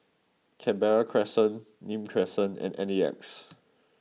Canberra Crescent Nim Crescent and N E X